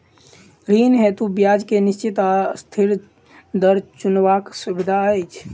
ऋण हेतु ब्याज केँ निश्चित वा अस्थिर दर चुनबाक सुविधा अछि